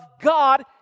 God